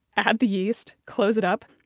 add the yeast, close it up,